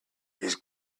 he’s